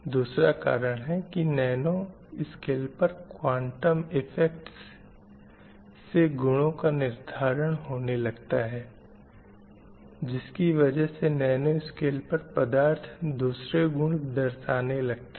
दूसरा कारण है की नैनो स्केल पर क्वांटम इफ़ेक्ट्स से गुनो का निर्धारण होने लगता है जिसके वजह से नैनो स्केल पर पदार्थ दूसरे गुण दर्शाने लगते हैं